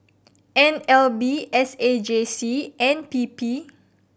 N L B S A J C and P P